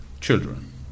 children